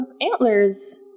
antlers